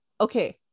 okay